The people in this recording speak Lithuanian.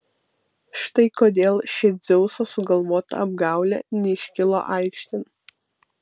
štai kodėl ši dzeuso sugalvota apgaulė neiškilo aikštėn